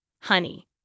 Honey